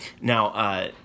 now